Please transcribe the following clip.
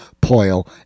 Poil